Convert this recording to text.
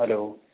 hello